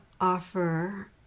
offer